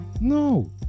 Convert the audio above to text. No